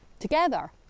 together